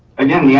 again, yeah